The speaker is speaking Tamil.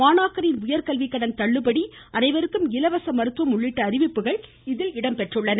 மாணாக்கரின் உயர்கல்விக்கடன் தள்ளுபடி அனைவருக்கும் இலவச மருத்துவம் உள்ளிட்ட அறிவிப்புகள் இதில் இடம்பெற்றுள்ளன